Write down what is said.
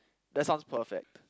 that sounds perfect